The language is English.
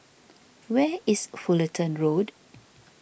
where is Fullerton Road